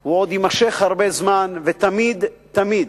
הוא עוד יימשך הרבה זמן, ותמיד תמיד,